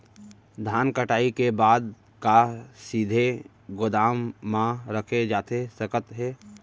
धान कटाई के बाद का सीधे गोदाम मा रखे जाथे सकत हे?